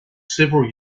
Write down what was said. several